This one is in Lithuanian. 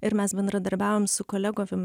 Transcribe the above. ir mes bendradarbiavom su kolegovim